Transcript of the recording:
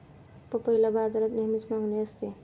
पपईला बाजारात नेहमीच मागणी असते